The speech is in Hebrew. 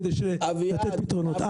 כדי לתת פתרונות.